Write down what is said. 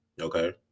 okay